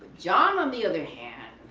john on the other hand,